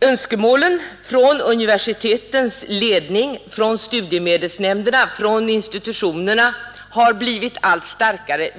önskemålen från universitetens ledning, från studiemedelsnämnderna och från institutionerna har blivit allt starkare.